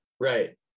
Right